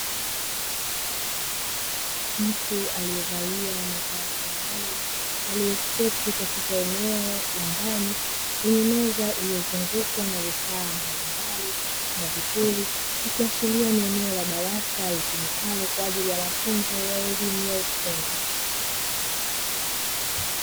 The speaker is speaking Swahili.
Mtu aliyevalia mavazi maalumu aliyeketi katika eneo la ndani lenye mez ailiyozungukwa na vifaa mbalimbali na vipuri, ikiashiria ni eneo la darasa litumikalo kwa ajili ya elimu ya ufundi.